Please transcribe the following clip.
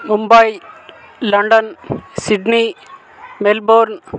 Mumbai London Sydney Melbourne